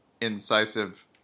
incisive